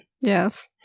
Yes